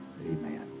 Amen